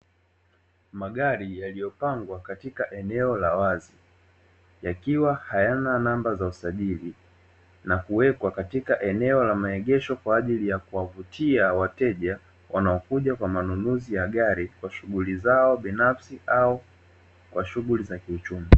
Magari yaliyopangwa katika eneo la wazi, yakiwa hayana namba za usajili na wekwa eneo la maegesho kwa ajili ya kuwavutia wateja, wanaokuja kwa manunuzi ya gari wanaokuja kwa manunuzi ya gari kwa shughuli zao binafsi au kwa shughuli za uchumi.